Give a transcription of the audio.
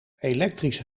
elektrische